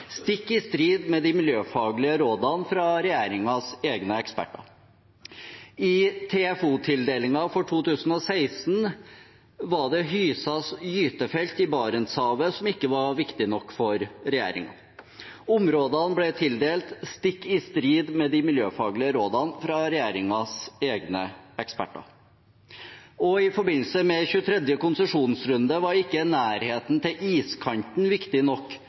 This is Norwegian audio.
stikk i strid med de miljøfaglige rådene fra regjeringens egne eksperter. I TFO-tildelingen for 2016 var det hysas gytefelt i Barentshavet som ikke var viktig nok for regjeringen. Områdene ble tildelt, stikk i strid med de miljøfaglige rådene fra regjeringens egne eksperter. I forbindelse med 23. konsesjonsrunde var ikke nærheten til iskanten viktig nok